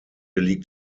liegt